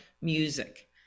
music